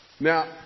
Now